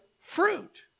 fruit